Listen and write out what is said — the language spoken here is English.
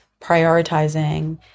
prioritizing